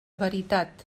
veritat